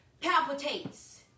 palpitates